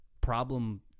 problem